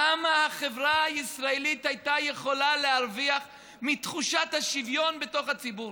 כמה החברה הישראלית הייתה יכולה להרוויח מתחושת השוויון בתוך הציבור.